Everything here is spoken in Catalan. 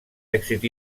èxit